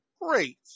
Great